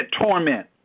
torment